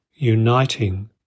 uniting